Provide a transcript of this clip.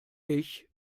dich